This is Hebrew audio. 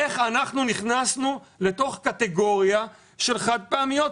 איך אנחנו נכנסנו לתוך קטגוריה של חד פעמיות?